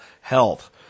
health